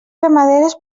ramaderes